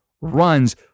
runs